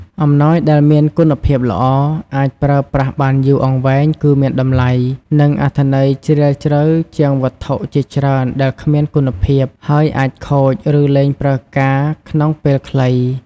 អំណោយដែលមានគុណភាពល្អ អាចប្រើប្រាស់បានយូរអង្វែង គឺមានតម្លៃ និងអត្ថន័យជ្រាលជ្រៅជាងវត្ថុជាច្រើនដែលគ្មានគុណភាព ហើយអាចខូច ឬលែងប្រើការក្នុងពេលខ្លី។